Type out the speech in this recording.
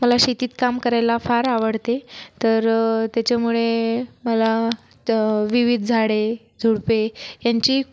मला शेतीत काम करायला फार आवडते तर त्याच्यामुळे मला विविध झाडे झुडपे यांची